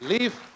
Leave